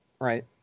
right